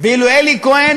ואילו אלי כהן,